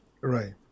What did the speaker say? Right